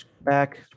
back